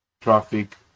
traffic